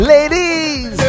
Ladies